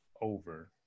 over